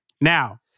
Now